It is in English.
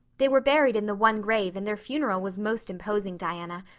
they were buried in the one grave and their funeral was most imposing, diana.